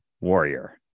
warrior